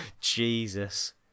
Jesus